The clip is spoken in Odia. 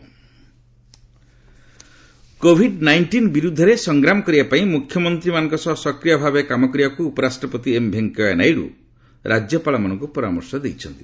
VP PM governors COVID nineteen ବିରୋଧରେ ସଂଗ୍ରାମ କରିବାପାଇଁ ମ୍ରଖ୍ୟମନ୍ତ୍ରୀମାନଙ୍କ ସହ ସକ୍ରିୟ ଭାବେ କାମ କରିବାକୃ ଉପରାଷ୍ଟ୍ରପତି ଏମ୍ ଭେଙ୍କିୟା ନାଇଡ଼ ରାଜ୍ୟପାଳମାନଙ୍କ ପରାମର୍ଶ ଦେଇଛନ୍ତି